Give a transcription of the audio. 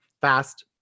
fast